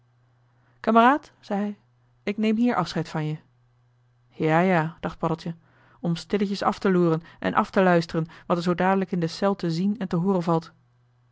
kameraad zei hij ik neem hier afscheid van je ja ja dacht paddeltje om stilletjes af te loeren en af te luisteren wat er zoo dadelijk in de cel te zien en te hooren valt